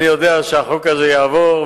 אני יודע שהחוק הזה יעבור,